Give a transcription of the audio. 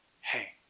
Hey